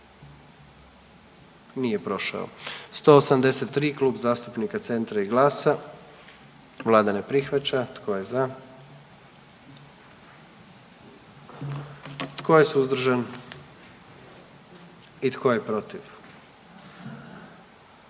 dio zakona. 44. Kluba zastupnika SDP-a, vlada ne prihvaća. Tko je za? Tko je suzdržan? Tko je protiv?